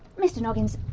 mr noggins,